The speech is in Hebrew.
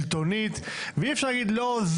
שלטונית ואי אפשר להגיד לא,